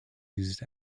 used